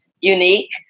unique